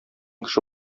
кеше